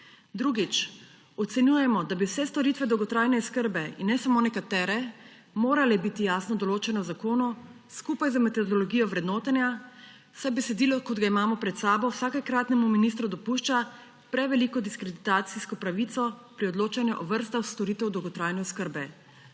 Drugič, ocenjujemo, da bi vse storitve dolgotrajne oskrbe, in ne samo nekatere, morale biti jasno določene v zakonu, skupaj z metodologijo vrednotenja, saj besedilo, kot ga imamo pred sabo, vsakokratnemu ministru dopušča preveliko diskreditacijsko pravico pri odločanju o vrstah storitev dolgotrajne oskrbe.